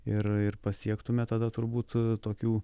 ir ir pasiektume tada turbūt tokių